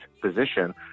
position